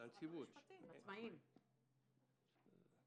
שוויון זכויות לאנשים עם מוגבלות.